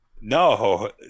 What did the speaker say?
No